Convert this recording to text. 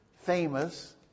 famous